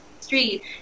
street